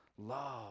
Love